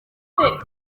mwange